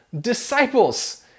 disciples